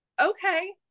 okay